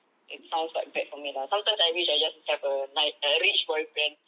it sounds quite bad for me lah sometimes I wish I just have a nice uh rich boyfriend